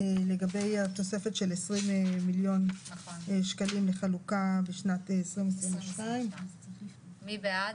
את ההיוועצות עם קופות החולים כמו --- מי בעד?